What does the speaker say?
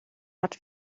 hat